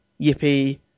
yippee